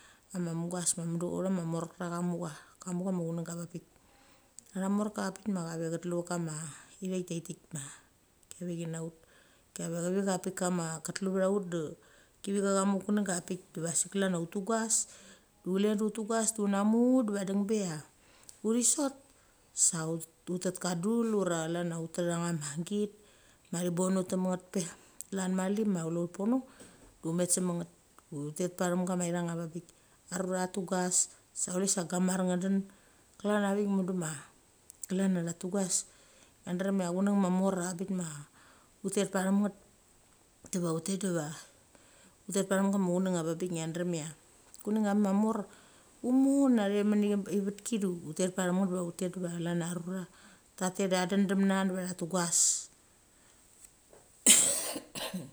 Ama mugas ma mudu utha cha mucha kama mu chama chunenga ava pik. Cha norka va pik ma cha ve chetlu vekam kama ithaik taitik ma kia ve china ut. Kama chevi cha pik kama ketlu va ut da kevi cha mu kununga pik diva sik klan uthugas du chule tugas du chule uthugas du una mu diva be a uthi sot, sa utet ka dul ura chlan uteti ngama git ma thi bon ut them nget pe. Klan mali ma chule ut pono, de met semng nget. Du utet pathem ga uthang ava bik. Arura tha tugas sa chule sa gamar nge den klana vik mudu ma klan tha tugas ngi drem ia kuneng ma mor abik ma, utet pathem nget. Diva utet diva utet pathem gamachuneng ava bik ngia drem ai kuneng abik ia mor umo nathe mini ivetki utet pathem nget diva chlan arura tatet pathem nget diva chlan arura tatet tha den dem na diva cha tugas.